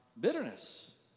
Bitterness